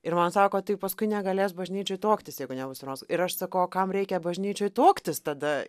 ir man sako tai paskui negalės bažnyčioj tuoktis jeigu nebus pirmos ir aš sakau o kam reikia bažnyčioje tuoktis tada